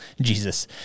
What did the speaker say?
jesus